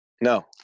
No